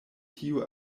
tiu